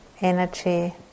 energy